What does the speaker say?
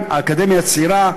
לאקדמיה הצעירה,